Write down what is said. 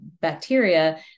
bacteria